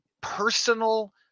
personal